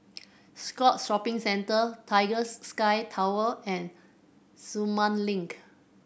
Scotts Shopping Centre Tigers Sky Tower and Sumang Link